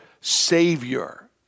Savior